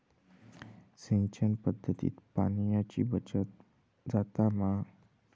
सिंचन पध्दतीत पाणयाची बचत जाता मा?